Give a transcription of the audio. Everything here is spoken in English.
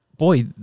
boy